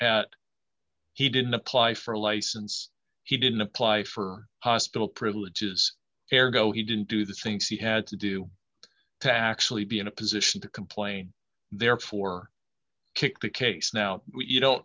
at he didn't apply for a license he didn't apply for hospital privileges fair go he didn't do the things he had to do to actually be in a position to complain therefore kick the case now you don't